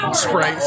spray